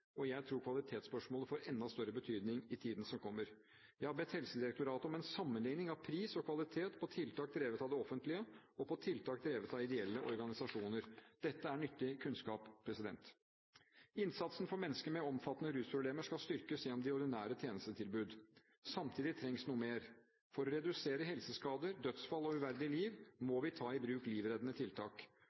kvalitet. Jeg tror kvalitetsspørsmålet får enda større betydning i tiden som kommer. Jeg har bedt Helsedirektoratet om en sammenligning av pris og kvalitet på tiltak drevet av det offentlige, og på tiltak drevet av ideelle organisasjoner. Dette er nyttig kunnskap. Innsatsen for mennesker med omfattende rusproblemer skal styrkes gjennom det ordinære tjenestetilbudet. Samtidig trengs noe mer. For å redusere helseskader, dødsfall og uverdige liv må vi ta i bruk livreddende tiltak.